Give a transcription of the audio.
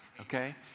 okay